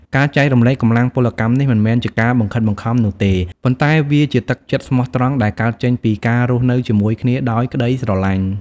ការចែករំលែកកម្លាំងពលកម្មនេះមិនមែនជាការបង្ខិតបង្ខំនោះទេ ប៉ុន្តែវាជាទឹកចិត្តស្មោះត្រង់ដែលកើតចេញពីការរស់នៅជាមួយគ្នាដោយក្ដីស្រឡាញ់។